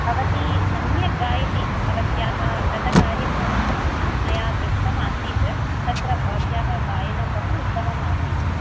भवती सम्यक गायति भवत्याः गतकार्यक्रमः मया दृष्टम् आसीत् तत्र भवत्याः गायनं बहु उत्तमम् आसीत्